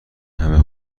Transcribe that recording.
همه